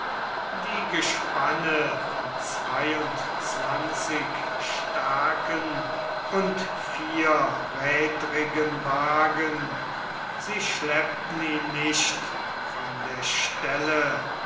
die gespanne von zweiundzwanzig starken und vierrädrigen wagen sie schleppten ihn nicht von der stelle